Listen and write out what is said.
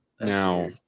Now